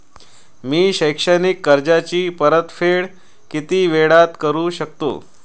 मी शैक्षणिक कर्जाची परतफेड किती वेळात करू शकतो